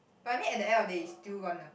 but I mean at the end of the day you still want